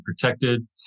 protected